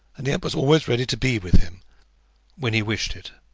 and yet was always ready to be with him when he wished it.